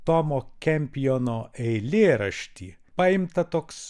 tomo kempjono eilėraštį paimta toks